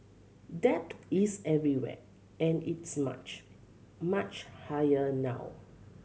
debt is everywhere and it's much much higher now